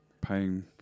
Paying